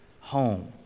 home